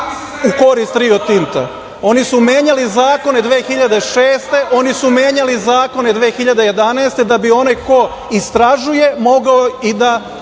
u korist Rio Tinta. Oni su menjali zakone 2006. godine, oni su menjali zakone 2011. godine da bi onaj ko istražuje mogao i da